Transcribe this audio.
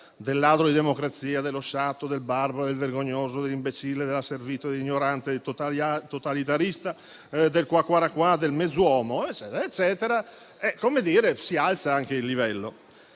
del ladro di democrazia, dello sciatto, del barbaro, del vergognoso, dell'imbecille, dell'asservito, dell'ignorante, del totalitarista, del *quaquaraquà*, del mezz'uomo, si alza anche il livello.